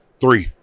Three